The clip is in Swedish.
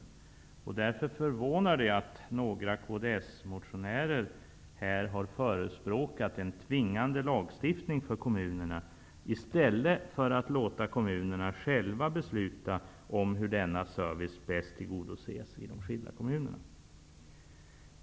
Därför är det förvånande att några kds-motionärer har förespråkat en tvingande lagstiftning för kommunerna i stället för att låta kommunerna själva besluta om hur denna service bäst tillgodoses.